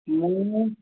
ମୁଁ